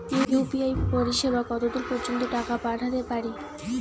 UPI পরিসেবা কতদূর পর্জন্ত টাকা পাঠাতে পারি?